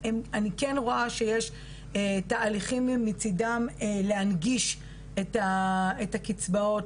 אני כן רואה שיש תהליכים מצידם להנגיש את הקצבאות,